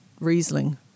Riesling